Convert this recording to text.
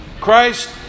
Christ